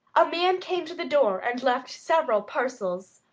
a man came to the door and left several parcels.